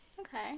Okay